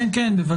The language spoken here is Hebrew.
כן כן בוודאי,